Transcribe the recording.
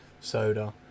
soda